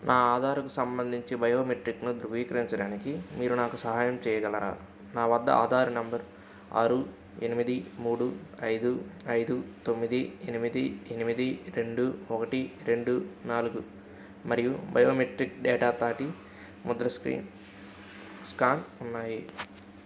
నా ఆధార్కు సంబంధించి బయోమెట్రిక్స్ను ధృవీకరించడానికి మీరు నాకు సహాయం చేయగలరా నా వద్ద ఆధార్ నంబరు ఆరు ఎనిమిది మూడు ఐదు ఐదు తొమ్మిది ఎనిమిది ఎనిమిది రెండు ఒకటి రెండు నాలుగు మరియు బయోమెట్రిక్ డేటా తాటి ముద్ర స్క్రీన్ స్కాన్ ఉన్నాయి